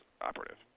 operative